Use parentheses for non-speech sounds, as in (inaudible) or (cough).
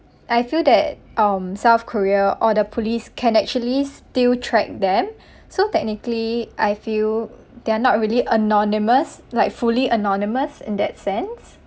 I feel that um south korea or the police can actually still track them (breath) so technically I feel they are not really anonymous like fully anonymous in that sense